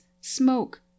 smoke